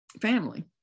family